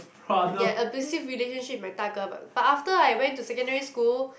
ya abusive relationship with my 大哥 but but after I went to secondary school